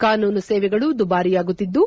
ಕಾನೂನು ಸೇವೆಗಳು ದುಬಾರಿಯಾಗುತ್ತಿದ್ದು